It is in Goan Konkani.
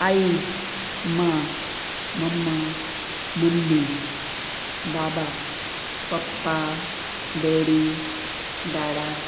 आई मां मम्मा मम्मी बाबा पप्पा डेडी डाडा